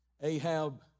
Ahab